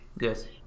Yes